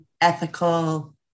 ethical